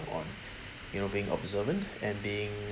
on you know being observant and being